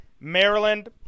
Maryland